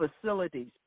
facilities